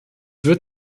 wird